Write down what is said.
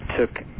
took